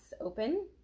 open